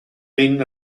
been